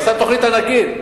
הוא עשה תוכנית ענקית.